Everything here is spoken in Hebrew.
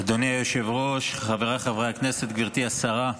אדוני היושב-ראש, חבריי חברי הכנסת, גברתי השרה,